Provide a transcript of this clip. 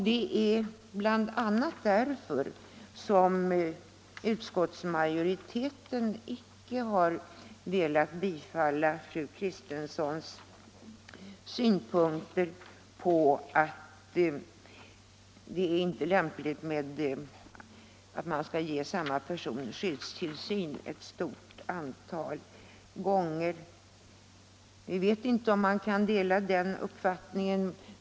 Det är bl.a. därför som utskottsmajoriteten icke har velat tillstyrka fru Kristenssons synpunkter på att det inte är lämpligt att ge samma person skyddstillsyn ett stort antal gånger. Vi vet inte om vi kan dela den uppfattningen.